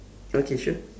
okay sure